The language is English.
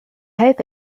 hope